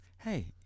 Hey